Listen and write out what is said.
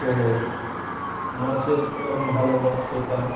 তো মাছের তখন ভালো মাছ পেতাম